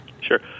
Sure